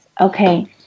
Okay